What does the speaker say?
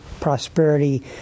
prosperity